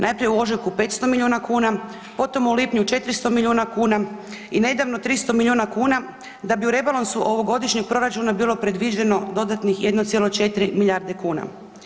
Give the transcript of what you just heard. Najprije u ožujku 500 miliona kuna, potom u lipnju 400 miliona kuna i nedavno 300 miliona kuna da bi u rebalansu ovogodišnjeg proračuna bilo predviđeno dodatnih 1,4 milijarde kuna.